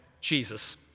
Jesus